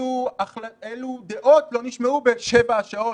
אילו דעות לא נשמעו בשבע השעות